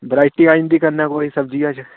variety आई जंदी कन्नै कोई सब्जिया च